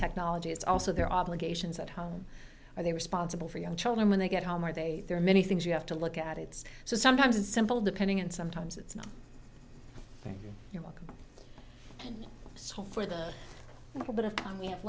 technology it's also their obligations at home are they responsible for young children when they get home are they there are many things you have to look at it's so sometimes a simple depending and sometimes it's not you're welcome and so for the little bit of time we have